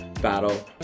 battle